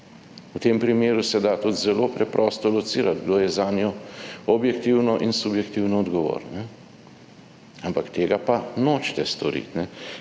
V tem primeru se da tudi zelo preprosto locirati kdo je zanjo objektivno in subjektivno odgovoren, ampak tega pa nočete storiti.